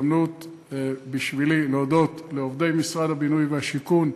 זו הזדמנות בשבילי להודות לעובדי משרד הבינוי והשיכון,